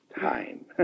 Time